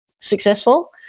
successful